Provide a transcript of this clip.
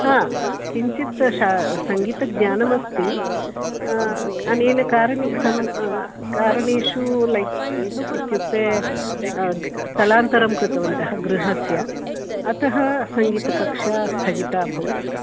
हा किञ्चित् श सङ्गीतज्ञानमस्ति अनेन कारणं सं कारणेषु लैक् इत्युक्ते स्थलान्तरं कृतवन्तः गृहस्य अतः सङ्गीतकक्षा स्थगिता अभवत्